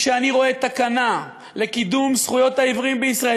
כשאני רואה תקנה לקידום זכויות העיוורים בישראל,